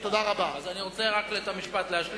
אתה לא צריך להטיף להם עכשיו